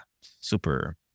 super